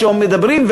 כשמדברים,